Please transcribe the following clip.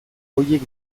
horiek